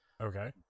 Okay